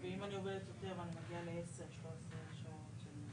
תקן כשרות,